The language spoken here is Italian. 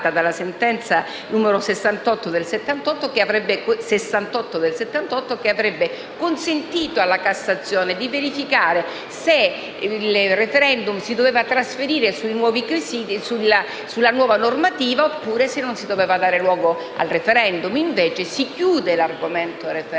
sentenza n. 68 del 1978, che avrebbe consentito alla Cassazione di verificare se il *referendum* dovesse essere trasferito sulla nuova normativa, oppure se non si dovesse dare luogo al *referendum*. Invece, si chiude l'argomento *referendum*